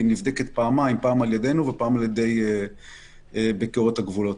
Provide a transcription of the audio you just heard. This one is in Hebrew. היא נבדקת פעמיים: פעם על ידינו ופעם על ידי ביקורת הגבולות.